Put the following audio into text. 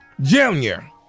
Junior